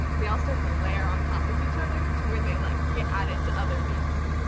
they all start to layer on top of each other to where they like get added to other memes.